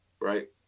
right